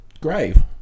grave